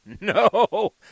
no